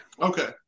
Okay